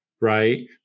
Right